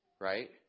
right